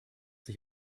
sich